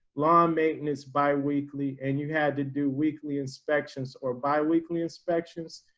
lawn maintenance bi weekly, and you had to do weekly inspections or bi weekly inspections.